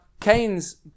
Keynes